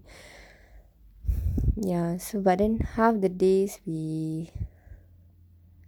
ya so but then half the days we